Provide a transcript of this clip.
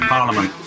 Parliament